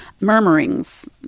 murmurings